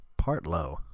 Partlow